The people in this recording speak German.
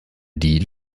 die